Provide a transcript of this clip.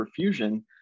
perfusion